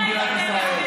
תירגעי.